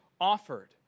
offered